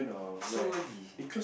so early